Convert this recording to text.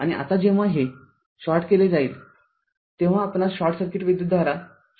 आणि आता जेव्हा हे शॉर्ट केले जाईल तेव्हा आपणास शॉर्ट सर्किट विद्युतधारा शोधायची आहे